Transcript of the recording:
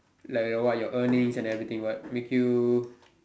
like your what your earnings and everything what make you